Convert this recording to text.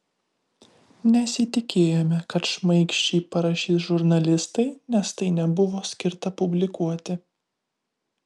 nesitikėjome kad šmaikščiai parašys žurnalistai nes tai nebuvo skirta publikuoti